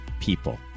people